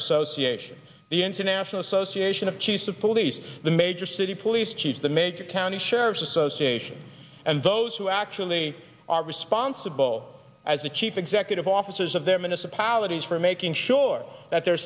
association the international association of chiefs of police the major city police chiefs the major county sheriffs association and those who actually are responsible as the chief executive officers of their minutes apologies for making sure that their